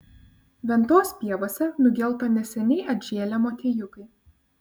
ventos pievose nugelto neseniai atžėlę motiejukai